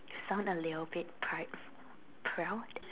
sound a little bit pridef~ proud